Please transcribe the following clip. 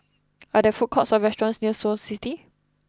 are there food courts or restaurants near Snow City